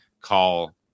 Call